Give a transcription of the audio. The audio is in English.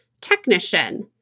Technician